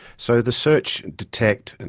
so the search, detect, and